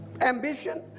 ambition